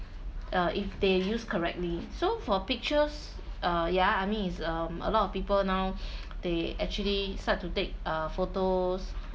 uh if they used correctly so for pictures err ya I mean is um a lot of people now they actually start to take photos